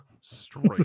straight